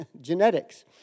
genetics